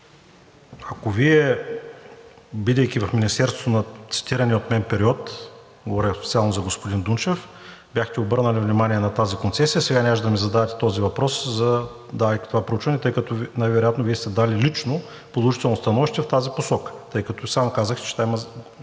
Ако Вие, бидейки в Министерството през цитирания от мен период, говоря специално за господин Дунчев, и бяхте обърнали внимание на тази концесия, сега нямаше да ми задавате този въпрос, давайки това проучване, тъй като най-вероятно Вие сте дали лично положително становище в тази посока, тъй като сам казахте, че там има